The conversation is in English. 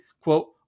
quote